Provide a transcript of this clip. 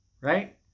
right